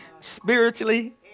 Spiritually